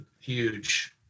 huge